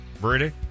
Brady